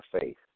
faith